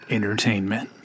Entertainment